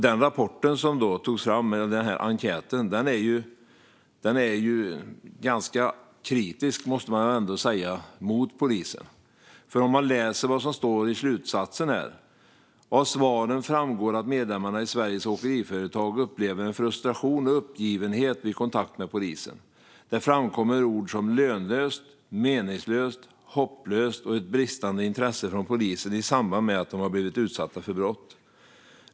Den rapport som togs fram med hjälp av den här enkäten är ganska kritisk mot polisen, måste man väl ändå säga. Jag läser vad som står i slutsatsen i rapporten: Av svaren framgår att medlemmarna i Sveriges Åkeriföretag upplever en frustration och uppgivenhet vid kontakt med polisen. Där framkommer ord som "lönlöst", "meningslöst" och "hopplöst" och ett bristande intresse från polisen i samband med att de blivit utsatta för brott.